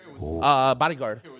Bodyguard